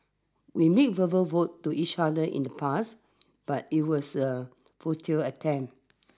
we made verbal vote to each other in the past but it was a futile attempt